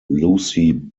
lucy